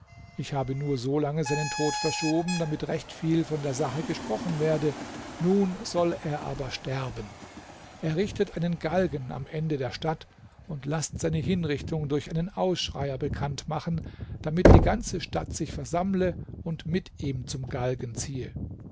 ich habe nur solange seinen tod verschoben damit recht viel von der sache gesprochen werde nun soll er aber sterben errichtet einen galgen am ende der stadt und laßt seine hinrichtung durch einen ausschreier bekannt machen damit die ganze stadt sich versammle und mit ihm zum galgen ziehe